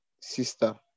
sister